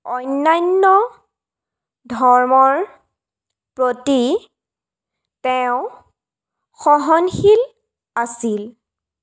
অন্যান্য ধৰ্মৰ প্ৰতি তেওঁ সহনশীল আছিল